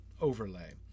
overlay